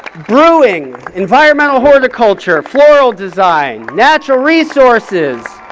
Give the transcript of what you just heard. brewing, environmental horticulture, floral design, natural resources.